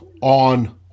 on